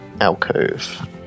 alcove